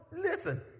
listen